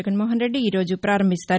జగన్మోహన్ రెడ్డి ఈరోజు పారంభిస్తారు